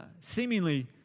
seemingly